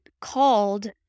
called